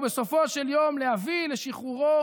ובסופו של יום להביא לשחרורו